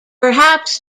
perhaps